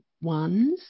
ones